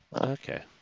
Okay